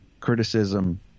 criticism